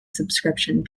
subscription